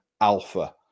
alpha